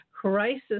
crisis